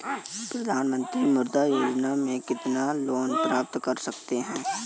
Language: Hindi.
प्रधानमंत्री मुद्रा योजना में कितना लोंन प्राप्त कर सकते हैं?